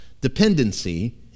dependency